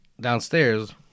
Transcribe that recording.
downstairs